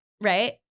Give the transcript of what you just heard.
Right